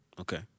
Okay